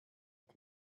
قتل